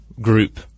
group